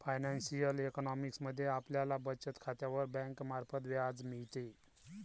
financial economics मध्ये आपल्याला बचत खात्यावर बँकेमार्फत व्याज मिळते